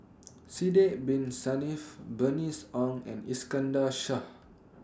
Sidek Bin Saniff Bernice Ong and Iskandar Shah